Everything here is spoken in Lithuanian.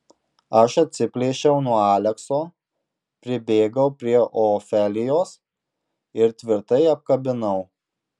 aš atsiplėšiau nuo alekso pribėgau prie ofelijos ir tvirtai apkabinau